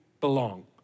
belong